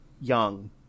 young